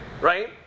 right